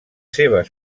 seves